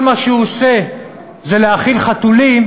כל מה שהוא עושה זה להאכיל חתולים,